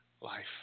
life